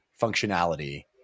functionality